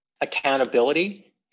accountability